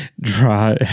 draw